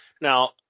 Now